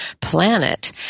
planet